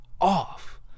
off